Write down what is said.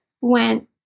went